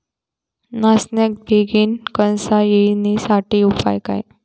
नाचण्याक बेगीन कणसा येण्यासाठी उपाय काय?